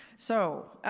so,